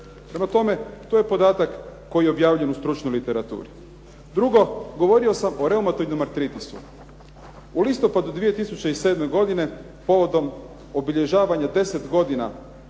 Prema tome, to je podatak koji je objavljen u stručnoj literaturi. Drugo. Govorio sam o reumatoidnom artrtisu. U listopadu 2007. godine povodom obilježavanja 10 godina